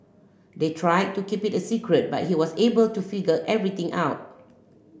they tried to keep it a secret but he was able to figure everything out